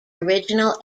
original